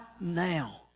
now